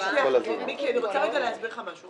מיקי, אני רוצה להסביר לך משהו.